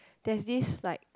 there's this like